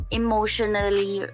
emotionally